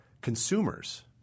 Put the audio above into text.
Consumers